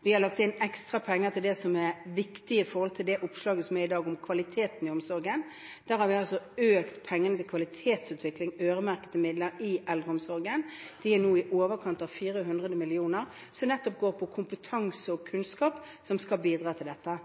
Vi har lagt inn ekstra penger til det som er viktig når det gjelder det oppslaget som er i dag, om kvaliteten i omsorgen. Der har vi altså økt de øremerkede midlene til kvalitetsutvikling i eldreomsorgen. De er nå på i overkant av 400 mill. kr, som nettopp går til kompetanse og kunnskap som skal bidra til dette.